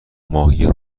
ماهی